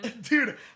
Dude